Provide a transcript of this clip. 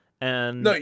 No